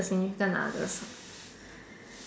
significant others